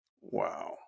Wow